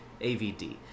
AVD